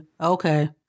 Okay